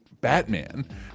Batman